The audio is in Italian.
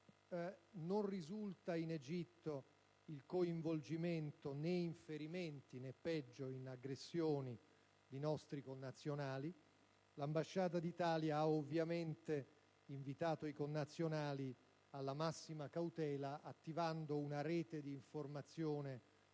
Non risulta in Egitto il coinvolgimento, né in ferimenti, né, peggio, in aggressioni di nostri connazionali. L'ambasciata d'Italia ha ovviamente invitato i connazionali alla massima cautela, attivando una rete di informazione